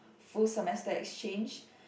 full semester exchange